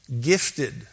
gifted